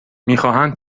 میخواهند